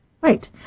Right